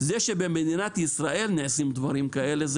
זה שבמדינת ישראל נעשים דברים כאלה זה